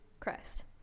Christ